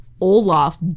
Olaf